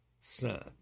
son